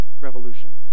revolution